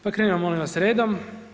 Pa krenimo, molim vas, redom.